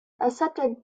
accepted